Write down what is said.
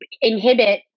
inhibit